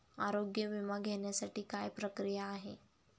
आरोग्य विमा घेण्यासाठी काय प्रक्रिया आहे?